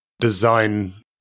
Design